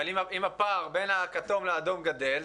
אבל אם הפער בין הכתום לאדום גדל,